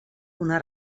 una